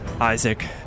Isaac